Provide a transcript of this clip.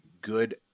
good